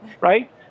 right